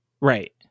right